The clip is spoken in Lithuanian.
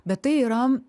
bet tai yra